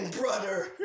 Brother